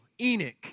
Enoch